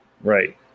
Right